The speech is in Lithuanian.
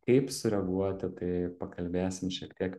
kaip sureaguoti tai pakalbėsim šiek tiek